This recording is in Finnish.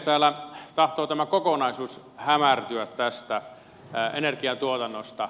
täällä tahtoo tämä kokonaisuus hämärtyä tästä energiatuotannosta